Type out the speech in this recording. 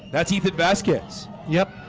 that's ethan baskets. yep